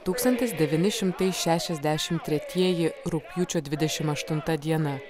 tūkstantis devyni šimtai šešiasdešim tretieji rugpjūčio dvidešim aštunta diena